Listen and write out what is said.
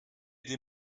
des